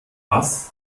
was